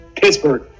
Pittsburgh